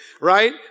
right